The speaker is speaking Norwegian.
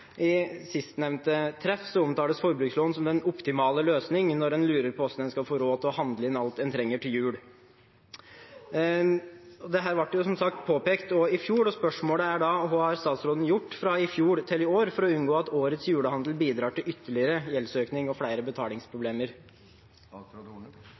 I sistnevnte treff omtales forbrukslån som den optimale løsningen når en lurer på hvordan en skal få råd til å handle inn alt en trenger til jul. Dette ble som sagt påpekt også i fjor. Spørsmålet er da: Hva har statsråden gjort fra i fjor til i år for å unngå at årets julehandel bidrar til ytterligere gjeldsøkning og flere